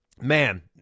man